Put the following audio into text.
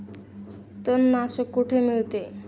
तणनाशक कुठे मिळते?